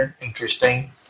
Interesting